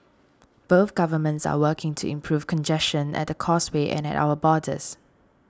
both governments are working to improve congestion at the Causeway and at our borders